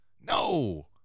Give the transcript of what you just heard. No